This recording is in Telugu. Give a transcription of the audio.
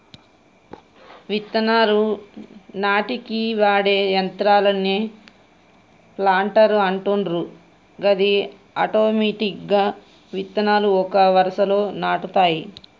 విత్తనాలు నాటనీకి వాడే యంత్రాన్నే ప్లాంటర్ అంటుండ్రు గది ఆటోమెటిక్గా విత్తనాలు ఒక వరుసలో నాటుతాయి